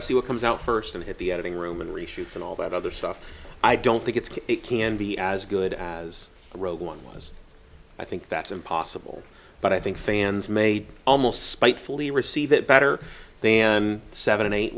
to see what comes out first and hit the editing room and reshoots and all that other stuff i don't think it's good it can be as good as the road one was i think that's impossible but i think fans made almost spitefully receive it better then seven eight